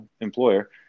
employer